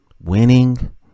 winning